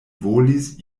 volis